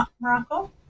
Morocco